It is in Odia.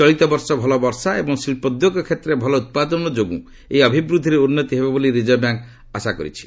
ଚଳିତବର୍ଷ ଭଲ ବର୍ଷା ଏବଂ ଶିଳ୍ପୋଦ୍ୟୋଗ କ୍ଷେତ୍ରରେ ଭଲ ଉତ୍ପାଦନ ଯୋଗୁଁ ଏହି ଅଭିବୃଦ୍ଧିରେ ଉନ୍ନତି ହେବ ବୋଲି ରିଜର୍ଭ ବ୍ୟାଙ୍କ୍ ଆଶା ପ୍ରକାଶ କରିଛି